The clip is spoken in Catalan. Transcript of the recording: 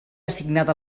assignada